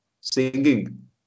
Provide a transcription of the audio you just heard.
Singing